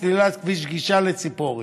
סלילת כביש גישה לציפורי.